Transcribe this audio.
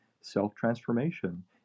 Self-transformation